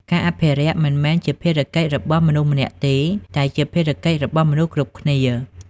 ការអភិរក្សមិនមែនជាភារកិច្ចរបស់មនុស្សម្នាក់ទេ តែជាភារកិច្ចរបស់មនុស្សគ្រប់គ្នា។